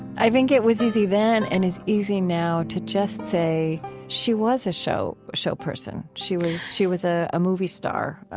i think it was easy then and it's easy now to just say she was a show show person. she was she was ah a movie star.